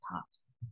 tops